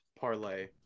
parlay